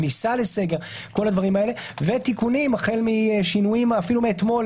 כניסה לסגר ותיקונים החל משינויים אפילו מאתמול,